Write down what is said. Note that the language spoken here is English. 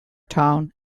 town